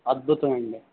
అద్భుతం అండి